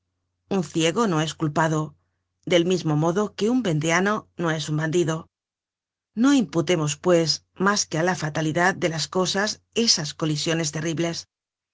un ciego no es culpado del mismo modo que un vendeano no es un bandido no imputemos pues mas que á la fatalidad de las cosas esas colisiones terribles